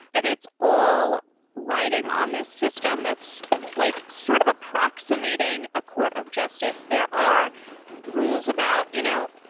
and it's all riding on this system that's like sort of approximating a court of justice there are rules about, you know,